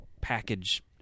package